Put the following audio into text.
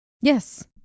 yes